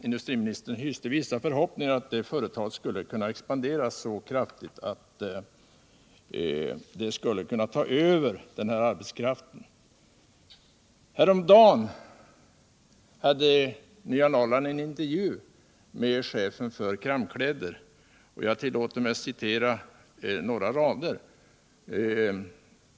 Industriministern hyste vissa förhoppningar om att företaget skulle kunna expandera så kraftigt att det skulle kunna ta över arbetskraften. Häromcagen hade Nya Norrland en intervju med chefen för Kramm Kläder, och jag tillåter mig att citera några rader.